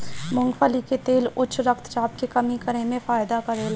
मूंगफली के तेल उच्च रक्त चाप के कम करे में फायदा करेला